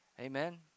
Amen